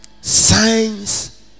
signs